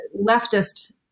leftist